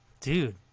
dude